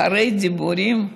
אחרי הדיבורים,